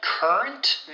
Current